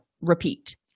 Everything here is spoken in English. repeat